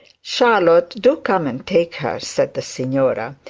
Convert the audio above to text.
charlotte, do come and take her said the signora.